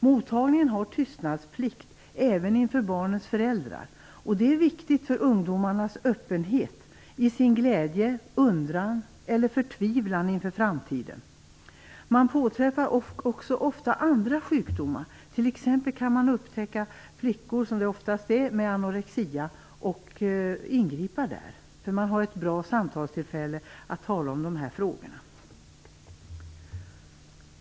Mottagningen har tystnadsplikt även inför barnens föräldrar, och det är viktigt för ungdomarnas öppenhet i sin glädje, undran eller förtvivlan inför framtiden. Man påträffar också ofta andra sjukdomar. Man kan t.ex. upptäcka flickor med anorexia och ingripa där, då man har ett bra tillfälle att tala om detta frågor.